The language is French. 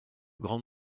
grande